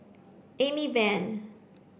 Amy Van